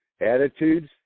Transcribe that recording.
attitudes